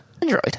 Android